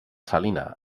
salina